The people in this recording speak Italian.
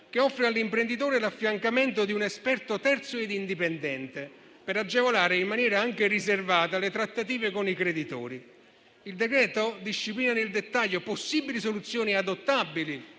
che offre all'imprenditore l'affiancamento di un esperto terzo e indipendente per agevolare, in maniera anche riservata, le trattative con i creditori. Il decreto-legge disciplina nel dettaglio possibili soluzioni adottabili